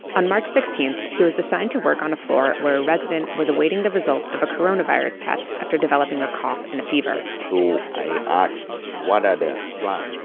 on march sixteen, he was assigned to work on a floor where a resident was awaiting the results of a coronavirus test after developing a cough and a fever so i asked, what are the plans?